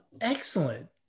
excellent